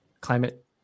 climate